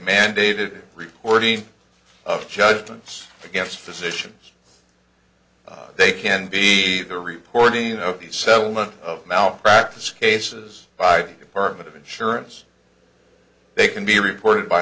mandated reporting of judgments against physicians they can be the reporting of the settlement of malpractise cases by department of insurance they can be reported by